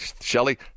Shelly